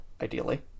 ideally